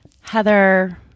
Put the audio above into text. Heather